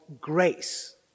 grace